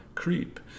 creep